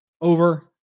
over